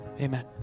Amen